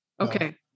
Okay